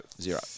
Zero